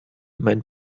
meinen